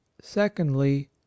secondly